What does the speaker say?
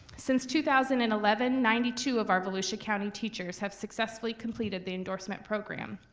since two thousand and eleven, ninety two of our volusia county teachers have successfully completed the endorsement program.